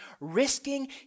risking